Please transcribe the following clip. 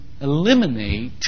eliminate